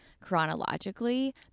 chronologically